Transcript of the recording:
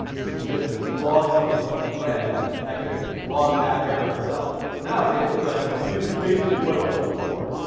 which will just log something, but in red. and i could log that error itself. so now if i hit refresh, you could see this is basically what it was before.